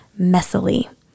messily